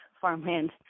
farmland